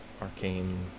arcane